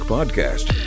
Podcast